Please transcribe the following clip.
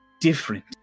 different